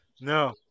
no